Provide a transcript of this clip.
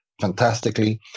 fantastically